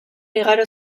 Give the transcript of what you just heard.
igaro